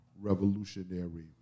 revolutionary